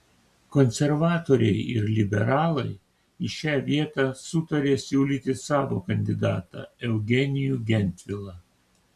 konservatoriai ir liberalai į šią vietą sutarė siūlyti savo kandidatą eugenijų gentvilą